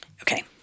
Okay